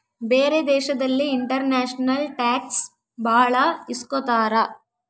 ಬೇರೆ ದೇಶದಲ್ಲಿ international tax ಭಾಳ ಇಸ್ಕೊತಾರ